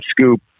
scoop